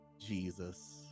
Jesus